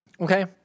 Okay